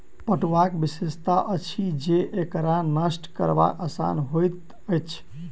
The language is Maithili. पटुआक विशेषता अछि जे एकरा नष्ट करब आसान होइत अछि